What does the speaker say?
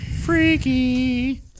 Freaky